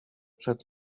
przed